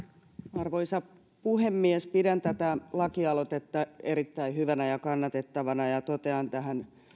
arvoisa puhemies pidän tätä lakialoitetta erittäin hyvänä ja kannatettavana totean tähän